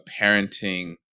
parenting